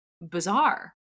bizarre